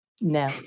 No